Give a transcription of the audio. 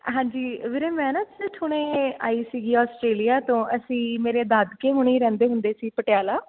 ਹਾਂਜੀ ਵੀਰੇ ਮੈਂ ਨਾ ਇੱਥੇ ਹੁਣੇ ਆਈ ਸੀਗੀ ਆਸਟ੍ਰੇਲੀਆ ਤੋਂ ਅਸੀਂ ਮੇਰੇ ਦਾਦਕੇ ਹੁਣੀ ਰਹਿੰਦੇ ਹੁੰਦੇ ਸੀ ਪਟਿਆਲਾ